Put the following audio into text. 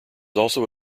also